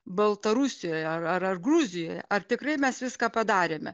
baltarusijoje ar ar ar gruzijoje ar tikrai mes viską padarėme